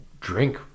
drink